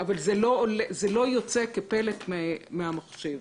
אבל זה לא יוצא כפלט מהמחשב.